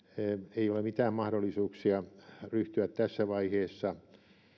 ei ole mitään mahdollisuuksia ryhtyä tässä vaiheessa